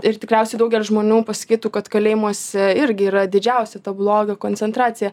ir tikriausiai daugelis žmonių pasakytų kad kalėjimuose irgi yra didžiausia to blogio koncentracija